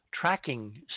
Tracking